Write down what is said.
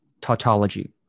tautology